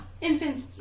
Infants